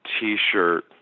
T-shirt